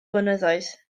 blynyddoedd